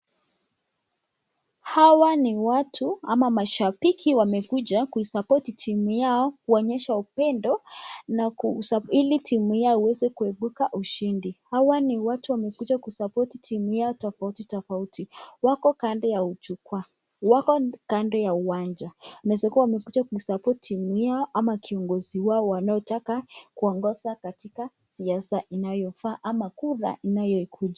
Hawa ni watu ama mashabiki, wamekuja kuisapoti timu yao kuonyesha upendo ili timu yao iweze kuibuka ushindi. Hawa ni watu wamekuja kuisapoti timu yao tofauti tofauti wako kando ya jukwa, wako kando ya uwanja. Inaeza kuwa wamekuja kuisapoti timu yao ama kiongozi wao wanaotaka kuongoza katika siasa inayofaa ama kura inayokuja.